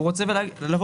הוא רוצה לומר,